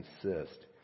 consist